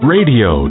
Radio